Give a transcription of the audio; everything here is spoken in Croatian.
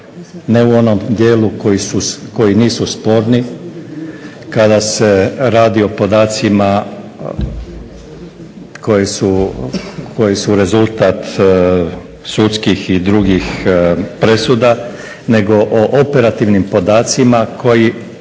ne u onom dijelu koji nisu sporni kada se radi o podacima koji su rezultat sudskih i drugih presuda nego o operativnim podacima koji